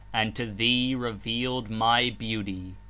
and to thee revealed my beauty.